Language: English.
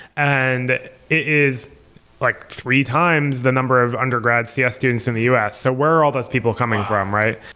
and is like three times the number of undergrad cs students in the us. so where are all those people coming from, right?